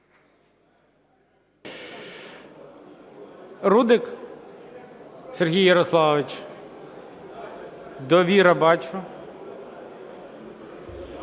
Рудик Сергій Ярославович. "Довіра" бачу.